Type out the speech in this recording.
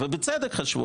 ובצדק חשבו,